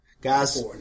Guys